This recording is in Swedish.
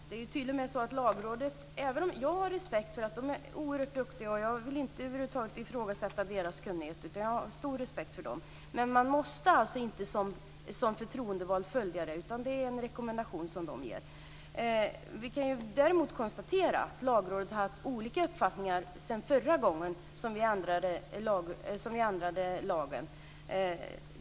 Fru talman! Jag har respekt för att de är oerhört duktiga i Lagrådet, och jag vill över huvud taget inte ifrågasätta deras kunnighet. Men som förtroendevald måste man inte följa dem. De ger en rekommendation. Vi kan däremot konstatera att Lagrådet har haft olika uppfattningar sedan förra gången vi ändrade lagen.